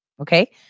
Okay